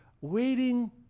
waiting